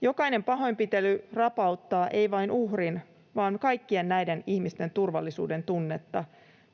Jokainen pahoinpitely rapauttaa eikä vain uhrin vaan kaikkien näiden ihmisten turvallisuuden tunnetta,